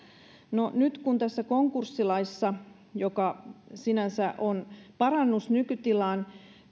no nyt kun tästä konkurssilaista joka sinänsä on parannus nykytilaan